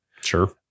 Sure